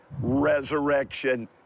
resurrection